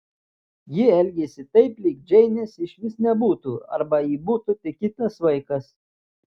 ji elgėsi taip lyg džeinės išvis nebūtų arba ji būtų tik kitas vaikas